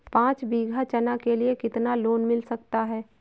पाँच बीघा चना के लिए कितना लोन मिल सकता है?